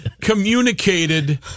communicated